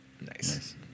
Nice